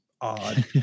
odd